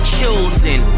chosen